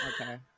okay